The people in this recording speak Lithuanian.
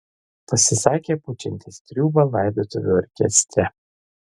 pasisakė pučiantis triūbą laidotuvių orkestre